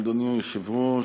אדוני היושב-ראש,